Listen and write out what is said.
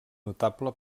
notable